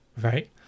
right